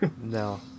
No